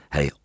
Hij